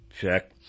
check